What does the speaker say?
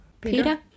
peter